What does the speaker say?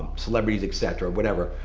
celebrities, etc, whatever.